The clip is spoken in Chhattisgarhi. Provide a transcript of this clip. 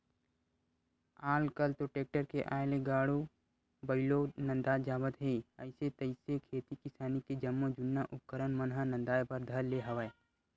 आल कल तो टेक्टर के आय ले गाड़ो बइलवो नंदात जात हे अइसे तइसे खेती किसानी के जम्मो जुन्ना उपकरन मन ह नंदाए बर धर ले हवय